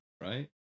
right